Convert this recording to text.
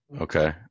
okay